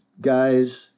guy's